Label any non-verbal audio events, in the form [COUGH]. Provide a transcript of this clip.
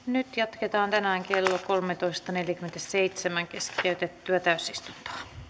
[UNINTELLIGIBLE] nyt jatketaan tänään kello kolmetoista neljäkymmentäseitsemän keskeytettyä täysistuntoa